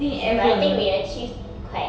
but I think we achieved quite